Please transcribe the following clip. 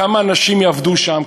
כמה אנשים יעבדו שם,